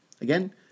Again